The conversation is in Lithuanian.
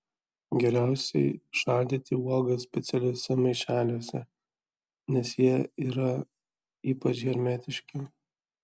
geriausiai šaldyti uogas specialiuose maišeliuose nes jie yra ypač hermetiški